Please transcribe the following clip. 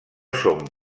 són